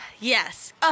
Yes